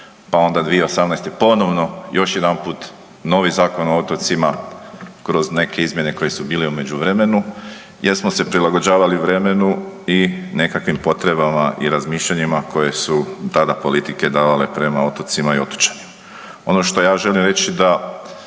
pa onda 2018. ponovno još jedanput novi Zakon o otocima kroz neke izmjene koje su bile u međuvremenu jer smo se prilagođavali vremenu i nekakvim potrebama i razmišljanjima koje su tada politike davale prema otocima i otočanima. Ono što ja želim reći da